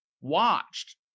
watched